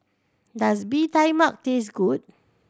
does Bee Tai Mak taste good